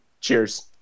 cheers